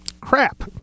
Crap